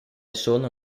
sono